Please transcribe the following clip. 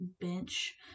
bench